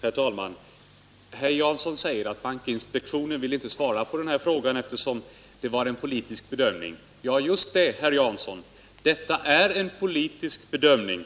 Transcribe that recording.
Herr talman! Herr Jansson säger att bankinspektionen inte vill svara på den här frågan, eftersom det är en politisk bedömning. Just det, herr Jansson! Detta är en politisk bedömning.